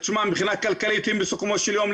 מבחינה כלכלית הם בסיכומו של יום,